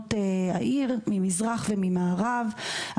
שכונות העיר ממזרח וממערב.